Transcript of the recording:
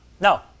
No